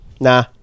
Nah